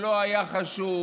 שלא היה חשוד,